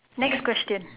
next question